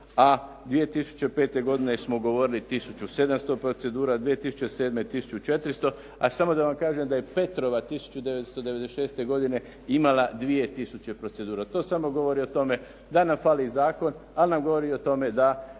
a 2005. godine smo govorili tisuću 700 procedura, 2007. tisuću 400, a samo da vam kažem da je "Petrova" 1996. godine imala 2 tisuće procedura. To samo govori o tome da nam fali zakon, ali nam govori o tome da